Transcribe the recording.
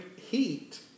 heat